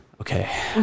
okay